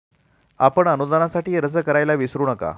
आपण अनुदानासाठी अर्ज करायला विसरू नका